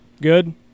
Good